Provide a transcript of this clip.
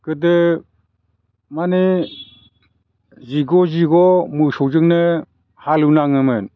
गोदो माने जिग' जिग' मोसौजोंनो हालेव नाङोमोन